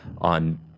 on